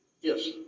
Yes